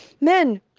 men